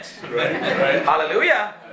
Hallelujah